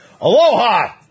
Aloha